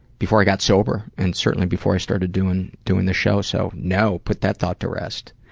before i got sober and certainly before i started doing doing this show, so no, put that thought to rest.